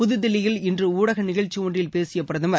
புதுதில்லியில் இன்று ஊடக நிகழ்ச்சி ஒன்றில் பேசிய பிரதமர்